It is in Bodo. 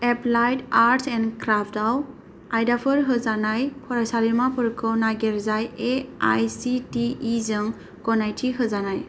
एप्लाइड आर्टस एन्ड क्राफ्टस आव आयदाफोर होजानाय फरायसालिमाफोरखौ नागिर जाय A I C T E जों गनायथि होजानाय